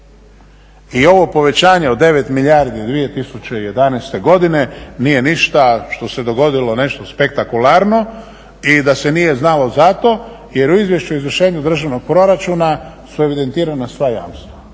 I ovo povećanje od 9 milijardi 2011. godine nije ništa što se dogodilo nešto spektakularno i da se nije znalo za to jer u izvješću za izvršenje državnog proračuna su evidentirana sva jamstva.